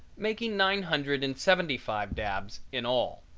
making nine hundred and seventy-five dabs in all.